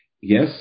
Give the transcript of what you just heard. Yes